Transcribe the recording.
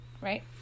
right